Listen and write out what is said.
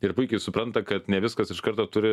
ir puikiai supranta kad ne viskas iš karto turi